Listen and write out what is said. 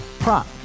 Prop